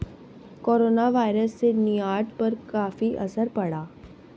coronavirus से निर्यात पर काफी असर पड़ा